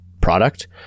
product